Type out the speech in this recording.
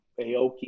Aoki